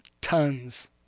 tons